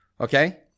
okay